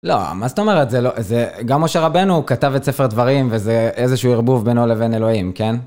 לא, מה זאת אומרת? זה לא... זה... גם משה רבנו, הוא כתב את ספר דברים וזה איזשהו הרבוב בינו לבין אלוהים, כן?